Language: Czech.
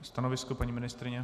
Stanovisko paní ministryně?